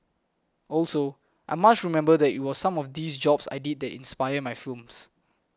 also I must remember that it was some of these jobs I did that inspired my films